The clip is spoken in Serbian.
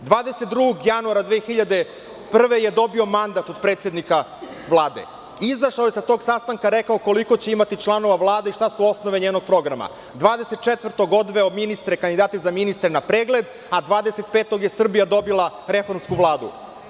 Dobio je mandat 22. januara 2001. godine od predsednika Vlade, izašao je sa tog sastanka i rekao koliko će imati članova Vlada i šta su osnove njenog programa, 24. januara je odveo kandidate za ministre na pregled, a 25. je Srbija dobila reformsku Vladu.